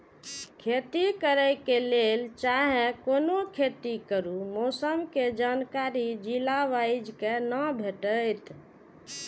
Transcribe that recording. खेती करे के लेल चाहै कोनो खेती करू मौसम के जानकारी जिला वाईज के ना भेटेत?